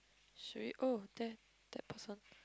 should we oh there that person